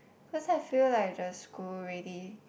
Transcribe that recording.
cause I feel like just school already